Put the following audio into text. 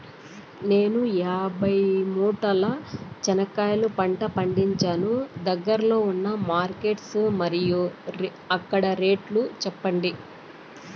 నేను యాభై మూటల చెనక్కాయ పంట పండించాను దగ్గర్లో ఉన్న మార్కెట్స్ మరియు అక్కడ రేట్లు చెప్పండి?